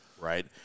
right